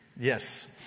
Yes